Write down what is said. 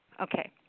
Okay